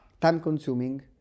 time-consuming